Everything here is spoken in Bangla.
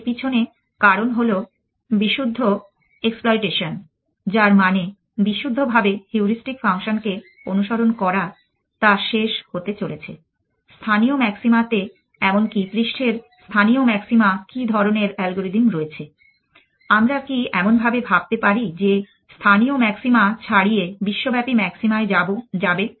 এর পিছনে কারণ হল বিশুদ্ধ এক্সপ্লইটেশন যার মানে বিশুদ্ধভাবে হিউরিস্টিক ফাংশনকে অনুসরণ করা তা শেষ হতে চলেছে স্থানীয় ম্যাক্সিমাতে এমনকি পৃষ্ঠের স্থানীয় ম্যাক্সিমা কী ধরণের অ্যালগরিদম রয়েছে l আমরা কি এমন ভাবতে পারি যে স্থানীয় ম্যাক্সিমা ছাড়িয়ে বিশ্বব্যাপী ম্যাক্সিমায় যাবে